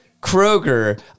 Kroger